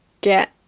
get